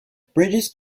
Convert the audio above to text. british